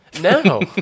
No